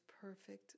perfect